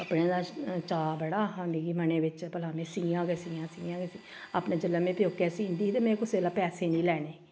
कपड़ें दा चाऽ बड़ा हा मिगी मनै बिच भला में सीयां गै सीयां सीयां गै सीयां अपने जेल्लै में प्योकै सीहंदी ही ते में कुसै कोला पैसे निं लैने